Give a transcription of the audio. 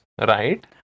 right